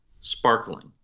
sparkling